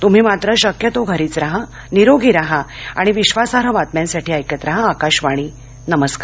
तुम्ही मात्र शक्यतो घरीच राहा निरोगी राहा आणि विश्वासार्ह बातम्यांसाठी ऐकत राहा आकाशवाणी नमस्कार